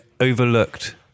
overlooked